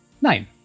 Nein